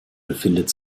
befindet